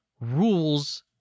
rules